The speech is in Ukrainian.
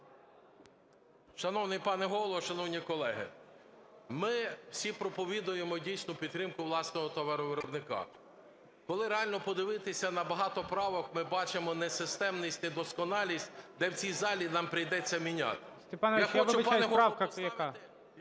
Шановний пане Голово, шановні колеги! Ми всі проповідуємо, дійсно, підтримку власного товаровиробника. Коли реально подивитися на багато правок, ми бачимо несистемність, недосконалість, де в цій залі нам прийдеться міняти… ГОЛОВУЮЧИЙ. Степан Іванович,